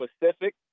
Pacific